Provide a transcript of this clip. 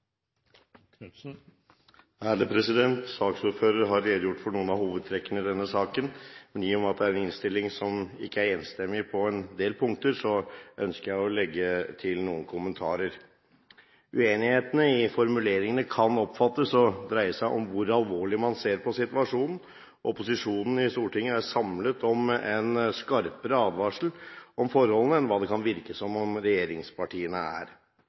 en innstilling som ikke er enstemmig på en del punkter, ønsker jeg å legge til noen kommentarer. Uenighetene i formuleringer kan oppfattes å dreie seg om hvor alvorlig man ser på situasjonen. Opposisjonen i Stortinget er samlet om en skarpere advarsel om forholdene enn hva det kan virke som om regjeringspartiene er.